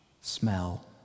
smell